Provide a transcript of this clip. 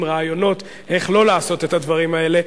רעיונות איך לא לעשות את הדברים האלה,